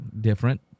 different